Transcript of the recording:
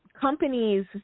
companies